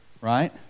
Right